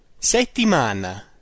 Settimana